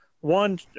one